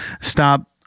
stop